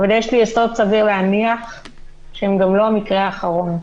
אבל יש לי יסוד סביר להניח שהם גם לא המקרה האחרון.